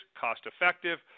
cost-effective